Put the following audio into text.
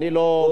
תראה,